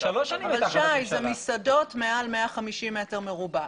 אבל אלה מסעדות עם מעל 150-100 מטרים רבועים.